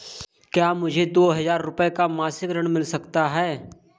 क्या मुझे दो हजार रूपए का मासिक ऋण मिल सकता है?